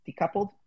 decoupled